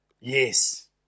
Yes